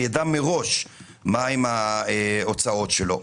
מה הן ההוצאות שלו.